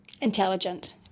intelligent